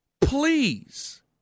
please